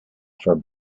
for